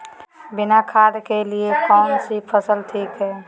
बिना खाद के लिए कौन सी फसल ठीक है?